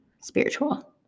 spiritual